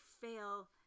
fail